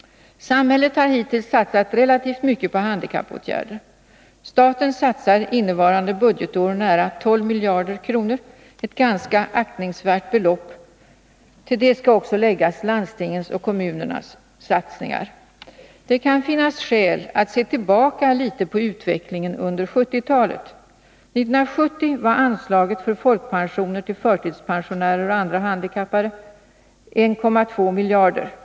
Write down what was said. Samhället har hittills satsat relativt mycket på handikappåtgärder. Staten satsar innevarande budgetår nära 12 miljarder kronor, ett ganska aktningsvärt belopp. Till det skall också läggas landstingens och kommunernas satsningar. Det kan finnas skäl att se tillbaka litet på utvecklingen under 1970-talet. 1970 var anslaget för folkpensioner till förtidspensionärer och andra handikappade 1,2 miljarder.